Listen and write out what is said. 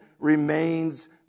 remains